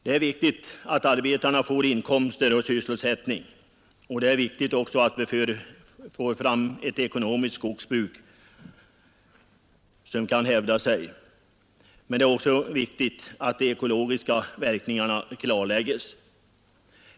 Det är viktigt att arbetarna bereds sysselsättning och inkomster, och det är också viktigt att vi får fram ett skogsbruk som kan hävda sig ekonomiskt. De ekologiska verkningarna måste klarläggas.